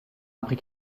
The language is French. après